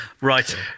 right